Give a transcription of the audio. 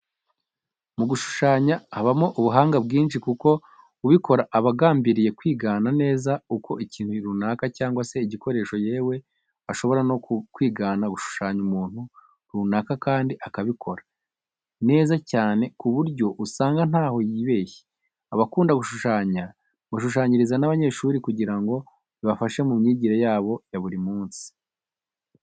Mu gushushanya habamo ubuhanga bwinshi kuko ubikora aba agambiriye kwigana neza uko ikintu runaka cyangwa se igikoresho, yewe ashobora no kwigana gushushanya umuntu runaka kandi akabikora neza cyane ku buryo usanga ntaho yibeshe. Abakunda gushushanya bashushanyiriza n'abanyeshuri kugira ngo bibafashe mu myigire yabo ya buri munsi.